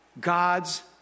God's